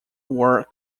were